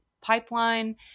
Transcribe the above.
pipeline